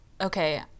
okay